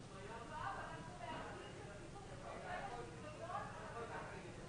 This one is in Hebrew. ההמון שמגיע לשם ומצופף חֻפִּים מסוימים מייצר אירועי הדבקה.